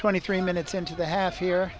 twenty three minutes into the half year